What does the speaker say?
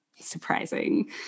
surprising